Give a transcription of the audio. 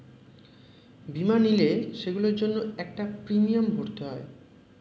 বীমা নিলে, সেগুলোর জন্য একটা প্রিমিয়াম ভরতে হয়